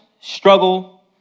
struggle